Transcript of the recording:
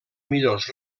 millors